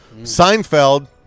Seinfeld